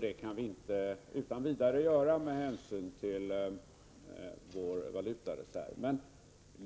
Det kan man inte göra utan vidare med hänsyn till vår valutareserv.